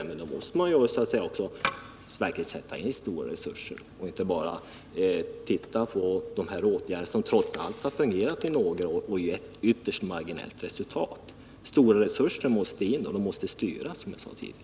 Men då måste man verkligen sätta in stora resurser och inte bara hänvisa till nuvarande åtgärder, som trots allt har fungerat i några år och som gett ytterst marginellt resultat. Stora resurser måste sättas in och, som jag sade tidigare, Nr 45